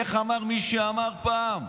איך אמר מי שאמר פעם?